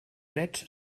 drets